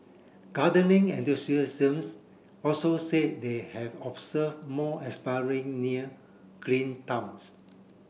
gardening also say they have observe more aspiring near green thumbs